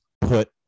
put